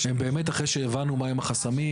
הם באמת אחרי שהבנו מה החסמים.